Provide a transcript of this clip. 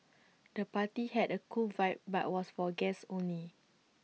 the party had A cool vibe but was for guests only